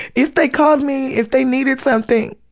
if they called me, if they needed something,